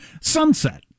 Sunset